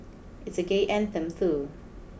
it's a gay anthem too